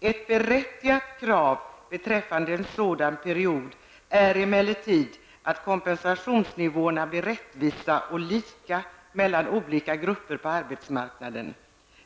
Ett berättigat krav beträffande en sådan period är emellertid att kompensationsnivåerna blir rättvisa och lika mellan olika grupper på arbetsmarknaden.